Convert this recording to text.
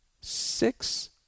six